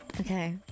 Okay